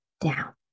down